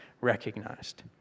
recognized